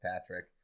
Patrick